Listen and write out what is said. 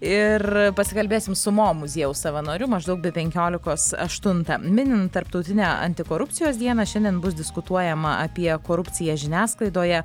ir pasikalbėsim su mo muziejaus savanoriu maždaug be penkiolikos aštuntą minint tarptautinę antikorupcijos dieną šiandien bus diskutuojama apie korupciją žiniasklaidoje